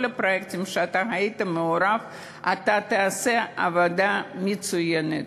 הפרויקטים שאתה מעורב אתה תעשה עבודה מצוינת.